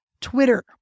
Twitter